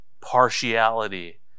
partiality